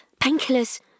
painkillers